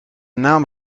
naam